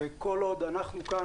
וכל עוד אנחנו כאן,